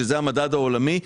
שזה המדד העולמי,